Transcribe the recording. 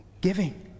giving